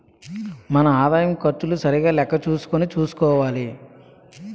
మన ఆదాయం ఖర్చులు సరిగా లెక్క చూసుకుని చూసుకోవాలి